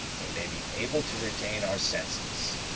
we may be able to retain our senses.